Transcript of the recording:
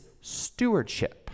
stewardship